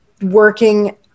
working